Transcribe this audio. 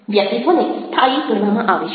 વ્યક્તિત્વને સ્થાયી ગણવામાં આવે છે